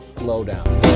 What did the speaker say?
Lowdown